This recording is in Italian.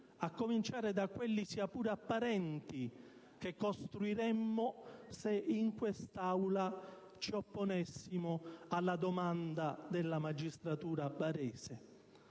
a cominciare da quelli - sia pure apparenti - che costruiremmo se in quest'Aula ci opponessimo alla domanda della magistratura barese.